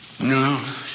No